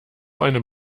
einem